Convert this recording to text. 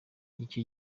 icyo